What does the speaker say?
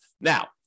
Now